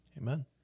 Amen